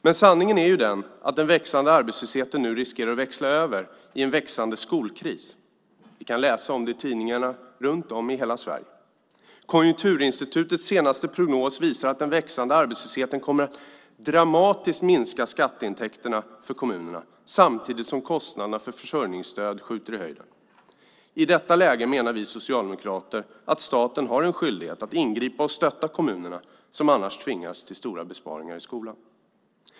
Men sanningen är att den växande arbetslösheten nu riskerar att växla över i en växande skolkris. Vi kan läsa om det i tidningar runt om i hela Sverige. Konjunkturinstitutets senaste prognos visar att den växande arbetslösheten kommer att dramatiskt minska kommunernas skatteintäkter samtidigt som kostnaderna för försörjningsstöd skjuter i höjden. I detta läge har staten, menar vi socialdemokrater, en skyldighet att ingripa och stötta kommunerna som annars tvingas till stora besparingar i skolan.